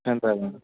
ହେନ୍ତା କାଏଁ